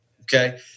okay